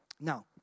Now